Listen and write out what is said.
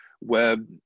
web